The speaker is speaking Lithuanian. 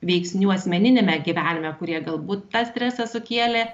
veiksnių asmeniniame gyvenime kurie galbūt tą stresą sukėlė